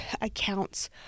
accounts